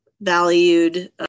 valued